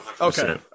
Okay